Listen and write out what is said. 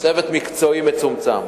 צוות מקצועי מצומצם,